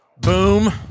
boom